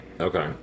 Okay